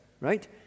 right